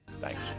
thanks